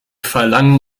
verlangen